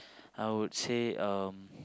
I would say um